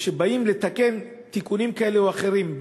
וכשבאים לתקן תיקונים כאלה או אחרים,